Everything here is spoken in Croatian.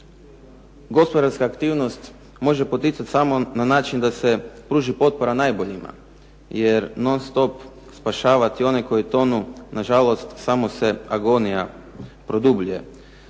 gospodarska aktivnost može poticati samo na način da se pruži potpora najboljima. Jer non-stop spašavati one koji tonu, nažalost samo se agonija produbljuje.